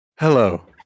Hello